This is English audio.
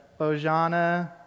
Bojana